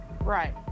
Right